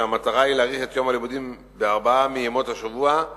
כשהמטרה היא להאריך את יום הלימודים בארבעה מימות השבוע,